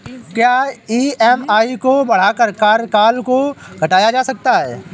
क्या ई.एम.आई को बढ़ाकर कार्यकाल को घटाया जा सकता है?